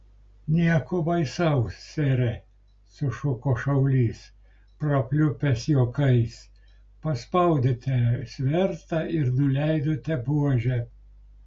nieko baisaus sere sušuko šaulys prapliupęs juokais paspaudėte svertą ir nuleidote buožę